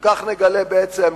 וכך נגלה בעצם,